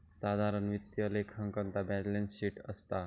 साधारण वित्तीय लेखांकनात बॅलेंस शीट असता